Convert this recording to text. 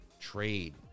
trade